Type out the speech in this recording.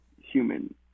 human